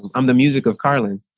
i'm the music of carlin.